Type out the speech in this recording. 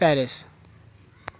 Paris